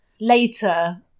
later